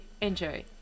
Enjoy